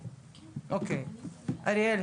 הראל,